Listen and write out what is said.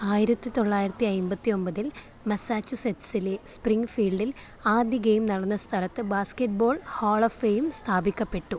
ആയിരത്തി തൊള്ളായിരത്തി അമ്പത്തി ഒമ്പതിൽ മാസച്ചുസെറ്റ്സിലെ സ്പ്രിംഗ്ഫീൽഡിൽ ആദ്യ ഗെയിം നടന്ന സ്ഥലത്ത് ബാസ്കറ്റ്ബോൾ ഹാൾ ഓഫ് ഫെയിം സ്ഥാപിക്കപ്പെട്ടു